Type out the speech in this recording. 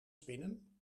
spinnen